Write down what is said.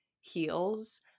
heels